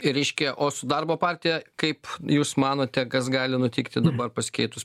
ir reiškia o su darbo partija kaip jūs manote kas gali nutikti dabar pasikeitus